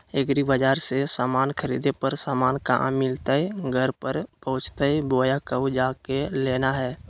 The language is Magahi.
एग्रीबाजार से समान खरीदे पर समान कहा मिलतैय घर पर पहुँचतई बोया कहु जा के लेना है?